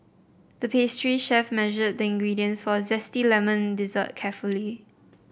the pastry chef measured the ingredients for a zesty lemon dessert carefully